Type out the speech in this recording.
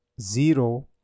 zero